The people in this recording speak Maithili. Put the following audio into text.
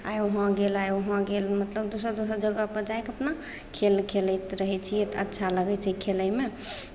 आइ वहाँ गेल आइ वहाँ गेल मतलब दोसर दोसर जगहपर जाए कऽ अपना खेल खेलैत रहै छियै तऽ अच्छा लगै छै खेलयमे